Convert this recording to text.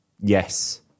yes